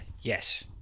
Yes